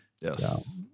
Yes